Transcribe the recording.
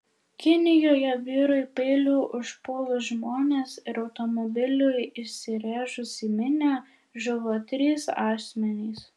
kinijoje vyrui peiliu užpuolus žmones ir automobiliu įsirėžus į minią žuvo trys asmenys